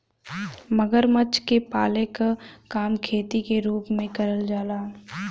मगरमच्छ के पाले क काम खेती के रूप में करल जाला